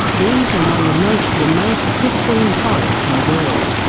these are among the most remote, pristine forests in the world,